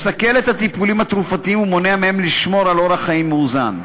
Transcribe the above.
מסכל את הטיפולים התרופתיים ומונע מהם לשמור על אורח חיים מאוזן.